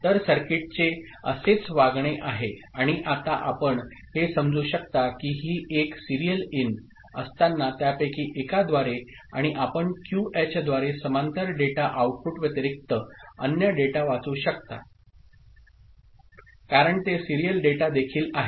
तर सर्किटचे असेच वागणे आहे आणि आता आपण हे समजू शकता की ही एक सीरियल इन असताना त्यापैकी एकाद्वारे आणि आपण क्यूएचद्वारे समांतर डेटा आउटपुट व्यतिरिक्त अन्य डेटा वाचू शकता कारण ते सिरीयल डेटा देखील आहे